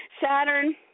Saturn